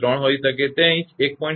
3 હોઈ શકે તે અહીં 1